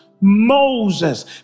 Moses